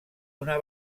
una